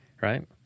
right